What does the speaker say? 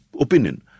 opinion